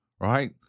right